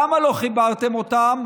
למה לא חיברתם אותם?